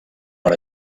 per